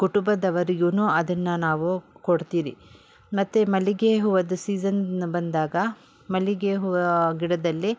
ಕುಟುಂಬದವರಿಗೂ ಅದನ್ನು ನಾವು ಕೊಡುತ್ತೀರಿ ಮತ್ತು ಮಲ್ಲಿಗೆ ಹೂವಿಂದು ಸೀಸನ್ ಬಂದಾಗ ಮಲ್ಲಿಗೆ ಹೂವು ಗಿಡದಲ್ಲಿ